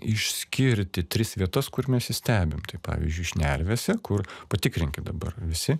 išskirti tris vietas kur mes jį stebim tai pavyzdžiui šnervėse kur patikrinkim dabar visi